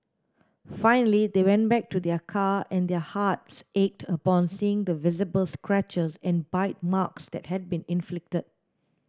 finally they went back to their car and their hearts ached upon seeing the visible scratches and bite marks that had been inflicted